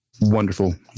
wonderful